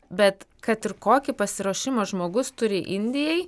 bet kad ir kokį pasiruošimą žmogus turi indijai